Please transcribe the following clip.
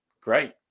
great